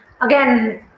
Again